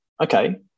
Okay